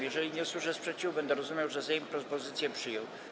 Jeżeli nie usłyszę sprzeciwu, będę rozumiał, że Sejm propozycję przyjął.